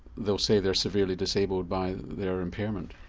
they'll say they're severely disabled by their impairment.